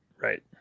Right